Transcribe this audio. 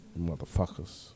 motherfuckers